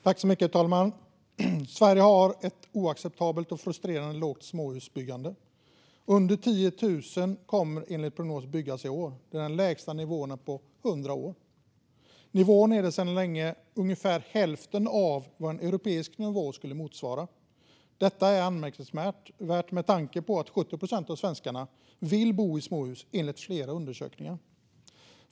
Herr talman! Sverige har ett oacceptabelt och frustrerande lågt småhusbyggande. Under 10 000 småhus kommer enligt prognosen att byggas i år. Det är den lägsta nivån på 100 år. Nivån i Sverige är sedan länge ungefär hälften av den europeiska nivån. Detta är anmärkningsvärt med tanke på att 70 procent av svenskarna enligt flera undersökningar vill bo i småhus.